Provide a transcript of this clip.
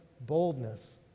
boldness